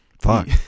Fuck